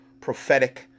prophetic